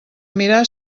mirar